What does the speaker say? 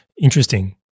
Interesting